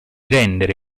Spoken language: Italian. rendere